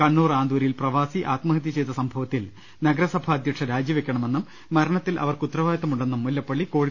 കണ്ണൂർ ആന്തൂരിൽ പ്രവാസി ആത്മഹത്യ ചെയ്ത സംഭവത്തിൽ നഗരസഭ അധ്യക്ഷ രാജിവെക്കണമെന്നും മരണത്തിൽ അവർക്ക് ഉത്തരവാദിത്തമുണ്ടെന്നും മുല്ലപ്പള്ളി കോഴിക്കോട്ട് പറഞ്ഞു